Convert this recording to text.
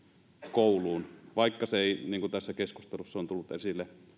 kouluun vaikka se ei niin kuin tässä keskustelussa on tullut esille